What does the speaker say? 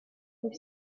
for